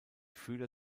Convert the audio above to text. fühler